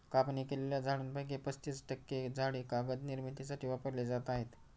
कापणी केलेल्या झाडांपैकी पस्तीस टक्के झाडे कागद निर्मितीसाठी वापरली जात आहेत